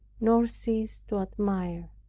nor cease to admire.